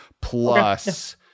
plus